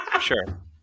sure